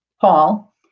Paul